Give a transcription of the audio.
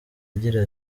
agira